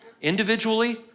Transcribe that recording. individually